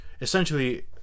essentially